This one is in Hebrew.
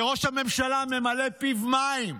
וראש הממשלה ממלא פיו מים.